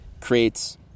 creates